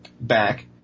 back